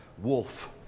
wolf